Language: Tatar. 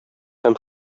һәм